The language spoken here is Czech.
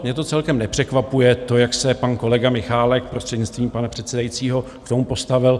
Mě to celkem nepřekvapuje, to, jak se pan kolega Michálek, prostřednictvím pana předsedajícího, k tomu postavil.